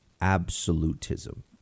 absolutism